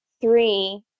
three